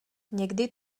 někdy